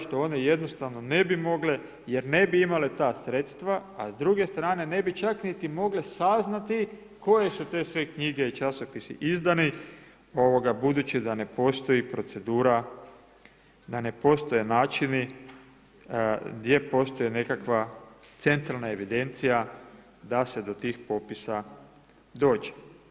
Što one jednostavno ne bi mogle, jer ne bi imala ta sredstva, a s druge strane, ne bi čak niti mogle saznati, koje su te sve knjige časopisi, izdani, budući da ne postoji procedura, da ne postoje načini, gdje postoji nekakva centralna evidencija, da se do tih popisa dođe.